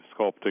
sculpting